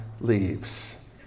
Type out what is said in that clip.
leaves